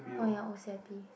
oh ya O C_I_P